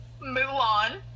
Mulan